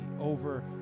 over